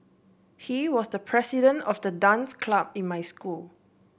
he was the president of the dance club in my school